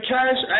Cash